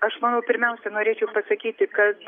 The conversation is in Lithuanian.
aš manau pirmiausia norėčiau pasakyti kad